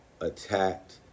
attacked